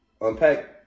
unpack